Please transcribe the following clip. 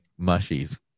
mushies